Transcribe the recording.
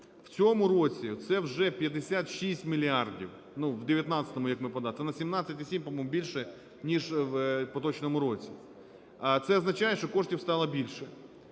В цьому році це вже 56 мільярдів, ну в 19-му, як ми подали, це на 17,7, по-моєму, більше, ніж в поточному році. Це означає, що коштів стало більше.